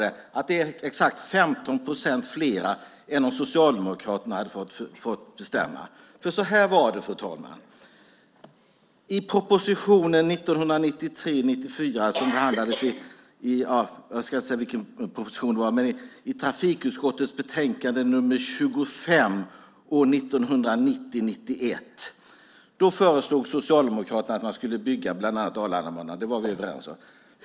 Det är exakt 15 procent fler än om Socialdemokraterna hade fått bestämma! Så här var det nämligen, fru talman: I propositionen som behandlades i trafikutskottets betänkande 1990/91:25 föreslog Socialdemokraterna att man skulle bygga bland annat Arlandabanan. Det var vi överens om.